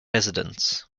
residents